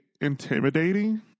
intimidating